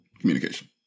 communication